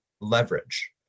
leverage